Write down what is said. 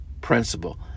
principle